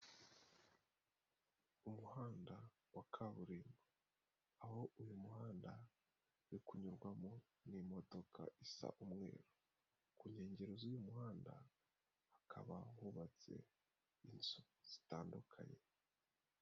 Umuhanda wa kaburimbo, aho uyu muhanda uri kunyurwamo n'imodoka isa umweru, ku nkengero z'uyu muhanda hakaba hubatse inzu zitandukanye.